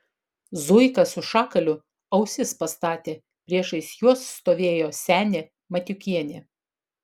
zuika su šakaliu ausis pastatė priešais juos stovėjo senė matiukienė